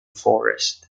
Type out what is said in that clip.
forest